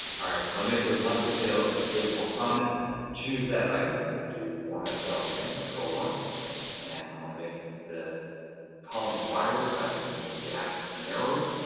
all right, want to make those monthly sales a bit more prominent choose that item will do format cells again control one and i'm going to make the columns wider by making the gap narrower,